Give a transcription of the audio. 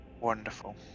Wonderful